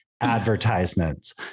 advertisements